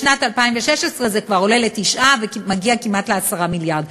בשנת 2016 זה כבר עולה ל-9 ומגיע כמעט ל-10 מיליארד.